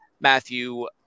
matthew